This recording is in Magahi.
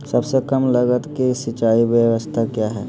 सबसे कम लगत की सिंचाई ब्यास्ता क्या है?